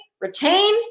Retain